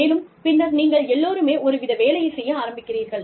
மேலும் பின்னர் நீங்கள் எல்லோருமே ஒரு வித வேலையை செய்ய ஆரம்பிக்கிறீர்கள்